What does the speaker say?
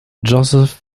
joseph